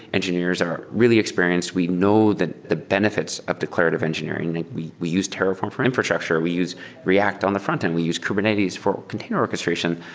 engineers are really experience. we know that the benefits of declarative engineering. we we used terraform for infrastructure. we used react on the frontend. we used kubernetes for container orchestration.